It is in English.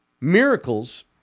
Miracles